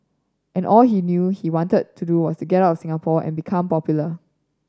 and all he knew he wanted to do was get out of Singapore and become popular